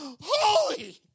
holy